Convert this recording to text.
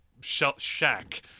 shack